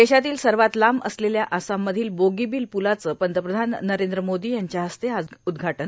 देशातील सर्वात लांब असलेल्या आसाममधील बोगीबील पुलाचं पंतप्रधान नरेंद्र मोदी यांच्या हस्ते उद्घाटन